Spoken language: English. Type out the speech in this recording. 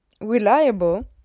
reliable